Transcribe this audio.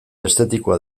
estetikoa